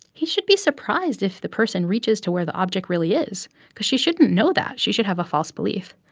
he should be surprised if the person reaches to where the object really is because she shouldn't know that. she should have a false belief.